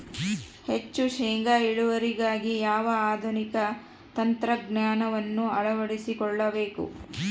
ಹೆಚ್ಚು ಶೇಂಗಾ ಇಳುವರಿಗಾಗಿ ಯಾವ ಆಧುನಿಕ ತಂತ್ರಜ್ಞಾನವನ್ನು ಅಳವಡಿಸಿಕೊಳ್ಳಬೇಕು?